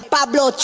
Pablo